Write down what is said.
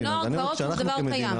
נוער גבעות זה דבר שקיים.